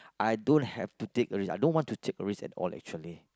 I don't have to take risk I don't want to take risk at all actually